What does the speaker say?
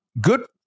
good